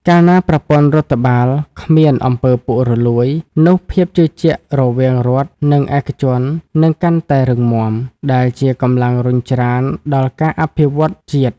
កាលណាប្រព័ន្ធរដ្ឋបាលគ្មាន អំពើពុករលួយ នោះភាពជឿជាក់រវាងរដ្ឋ និងឯកជននឹងកាន់តែរឹងមាំ ដែលជាកម្លាំងរុញច្រានដល់ការអភិវឌ្ឍជាតិ។